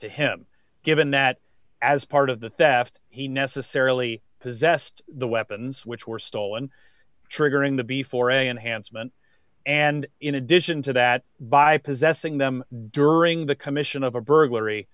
to him given that as part of the theft he necessarily possessed the weapons which were stolen triggering the before a enhanced meant and in addition to that by possessing them during the commission of a burglary